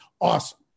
awesome